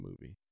movie